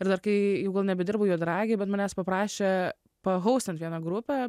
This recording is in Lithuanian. ir dar kai jau nebedirbau juodaragy bet manęs paprašė pahaustint vieną grupę